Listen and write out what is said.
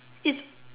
it's